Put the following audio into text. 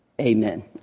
Amen